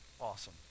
awesome